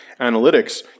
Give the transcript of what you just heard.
analytics